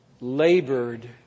labored